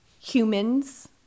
humans